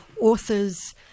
authors